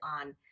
on